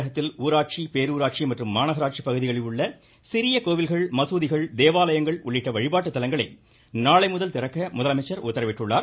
தமிழகத்தில் ஊராட்சி பேரூராட்சி மற்றும் மாநகராட்சி பகுதிகளில் உள்ள சிறிய கோவில்கள் மசூதிகள் தேவாலயங்கள் உள்ளிட்ட வழிபாட்டு தலங்களை நாளைமுதல் திறக்க முதலமைச்சர் உத்தரவிட்டுள்ளார்